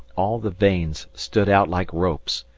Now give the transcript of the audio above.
all the veins stood out like ropes,